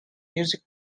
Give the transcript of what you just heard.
music